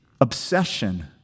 obsession